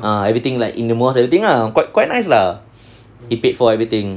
ah everything like in the mosque everything lah quite quite nice lah he paid for everything